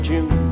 June